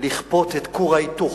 לכפות את כור ההיתוך.